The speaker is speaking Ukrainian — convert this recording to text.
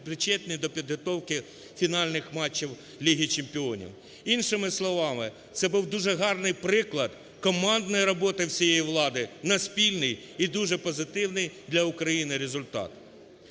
причетні до підготовки фінальних матчів Ліги чемпіонів. Іншими словами – це був дуже гарний приклад командної роботи всієї влади на спільний і дуже позитивний для України результат.